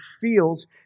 feels